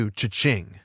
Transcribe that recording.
cha-ching